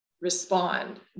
respond